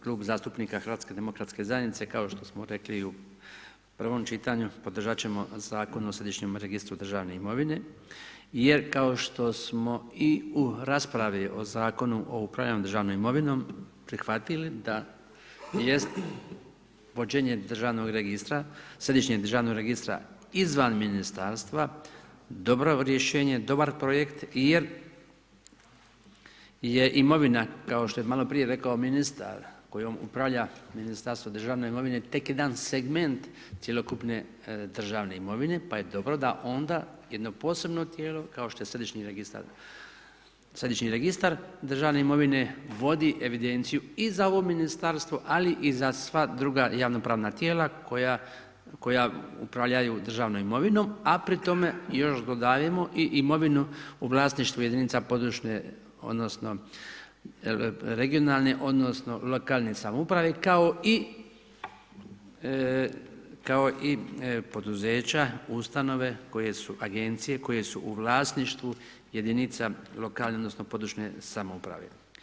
Klub zastupnika HDZ-a kao što smo rekli i u prvom čitanju, podržati ćemo Zakon o središnjem registru državne imovine jer kao što smo i u raspravi o Zakonu o upravljanju državnom imovinom prihvatili da jest vođenje državnog registra, Središnjeg državnog registra, izvan Ministarstva, dobro rješenje, dobar projekt jer je imovina, kao što je maloprije rekao ministar, kojom upravlja Ministarstvo državne imovine tek jedan segment cjelokupne državne imovine, pa je dobro da onda jedno posebno tijelo kao što je Središnji registar državne imovine vodi evidenciju i za ovo Ministarstvo, ali i za sva druga javnopravna tijela koja upravljaju državnom imovinom, a pri tome još dodajemo i imovinu u vlasništvu jedinica područne odnosno regionalne odnosno lokalne samouprave kao i poduzeća, ustanove koje su, agencije koje su u vlasništvu jedinica lokalne odnosno područne samouprave.